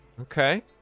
Okay